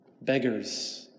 beggars